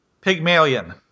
Pygmalion